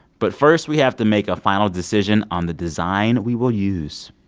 but first we have to make a final decision on the design we will use.